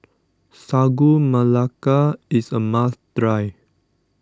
Sagu Melaka is a must try